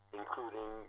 including